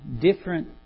different